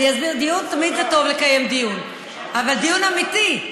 דיון, זה תמיד טוב לקיים דיון, אבל דיון אמיתי.